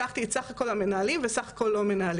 לקחתי את סך הכול המנהלים וסך הכול לא מנהלים.